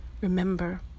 remember